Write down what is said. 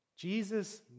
Jesus